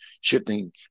shifting